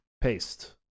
paste